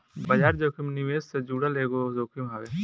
बाजार जोखिम निवेश से जुड़ल एगो जोखिम हवे